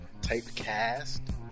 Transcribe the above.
typecast